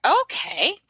okay